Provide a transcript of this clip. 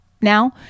now